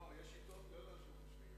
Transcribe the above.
יש עיתון לא של אנשים חושבים,